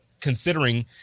considering